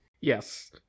Yes